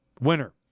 Winner